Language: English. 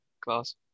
class